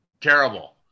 Terrible